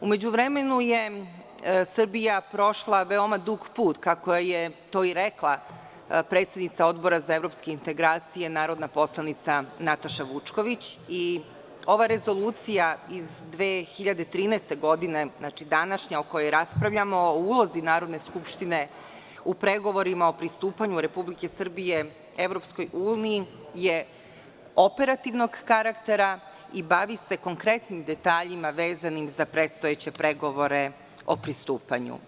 U međuvremenu je Srbija prošla veoma dug put, kako je to i rekla predsednica Odbora za evropske integracije, narodna poslanica Nataša Vučković i ova rezolucija iz 2013. godine, današnja o kojoj raspravljamo o ulozi Narodne skupštine o pregovorima o pristupanju Republike Srbije EU je operativnog karaktera i bavi se konkretnim detaljima vezanim za predstojeće pregovore o pristupanju.